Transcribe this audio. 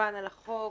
כמובן על הצעת החוק,